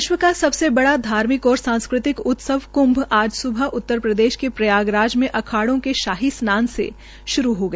विश्व का सबसे बड़ा धार्मिक और सांस्कृतिक उत्सव कुंभ आज सुबह उत्तरप्रदेश के प्रयागराज में अखाड़ा के शाही स्नान के साथ श्रू है गया